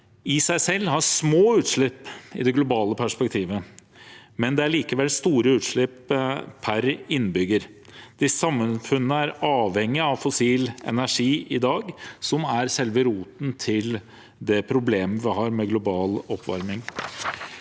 i seg selv har små utslipp i det globale perspektivet, men de har likevel store utslipp per innbygger. Disse samfunnene er i dag avhengige av fossil energi, som er selve roten til det problemet vi har med global oppvarming.